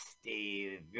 Steve